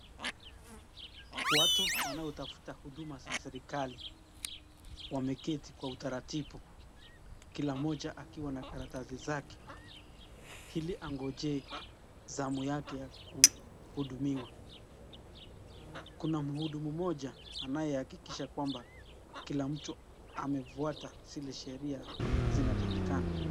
Watu wanaotafuta huduma za serikali wameketi kwa utaratibu, Kila moja akiwa na karatasi zake, ili angojee zamu yake ya kuhudumiwa. Kuna mhudumu moja anayehakikisha kwamba Kila mtu amefwata zile sheria zinatakikana.